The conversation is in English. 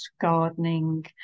gardening